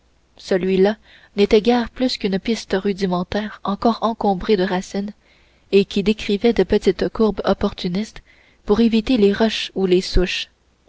celui-là n'était guère plus qu'une piste rudimentaire encore encombrée de racines et qui décrivait de petites courbes opportunistes pour éviter les rochers ou les souches